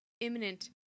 imminent